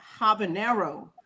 habanero